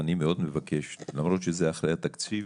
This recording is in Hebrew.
אני מאוד מבקש למרות שזה אחרי התקציב,